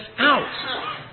out